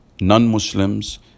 non-Muslims